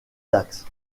dax